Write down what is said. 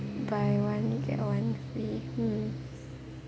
buy one get one free hmm